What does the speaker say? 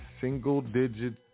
single-digit